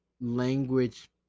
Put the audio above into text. language